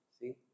See